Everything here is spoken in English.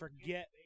forget